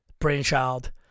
brainchild